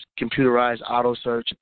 computerizedautosearch